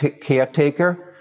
caretaker